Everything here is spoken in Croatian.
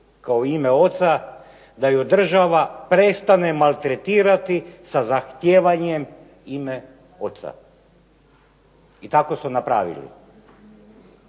kao ime oca, da ju država prestane maltretirati sa zahtijevanjem ime oca. I tako su napravili.